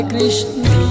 Krishna